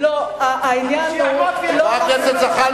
הוא נמצא פה, אפשר לשאול